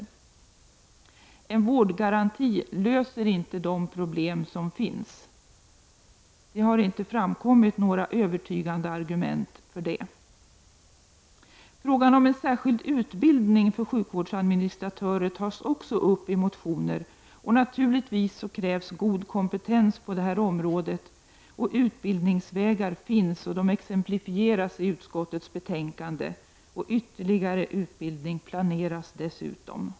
En vårdgaranti löser inte de problem som finns. Det har inte framkommit några övertygande argument för det. Frågan om en särskild utbildning för sjukvårdsadministratörer tas också upp i motionen. Naturligtvis krävs god kompetens på detta område. Utbildningsvägar finns och de exemplifieras i utskottets betänkande. Ytterligare utbildning planeras dessutom.